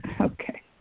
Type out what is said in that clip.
okay